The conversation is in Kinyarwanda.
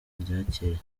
ryacyeye